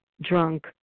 drunk